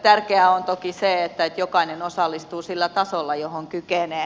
tärkeää on toki se että jokainen osallistuu sillä tasolla johon kykenee